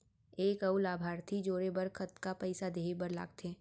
एक अऊ लाभार्थी जोड़े बर कतका पइसा देहे बर लागथे?